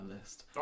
list